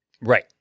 Right